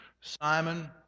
Simon